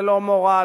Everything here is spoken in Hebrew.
ללא מורא,